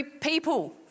people